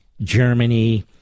Germany